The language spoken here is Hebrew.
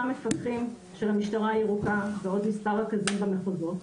מפקחים של המשטרה הירוקה ועוד מספר רכזים במחוזות,